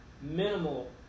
minimal